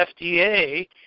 FDA